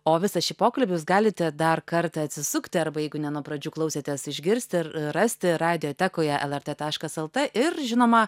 o visą šį pokalbį jūs galite dar kartą atsisukti arba jeigu ne nuo pradžių klausėtės išgirsti ir rasti radiotekoje lrt taškas lt ir žinoma